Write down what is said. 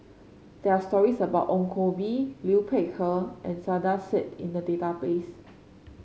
there are stories about Ong Koh Bee Liu Peihe and Saiedah Said in the database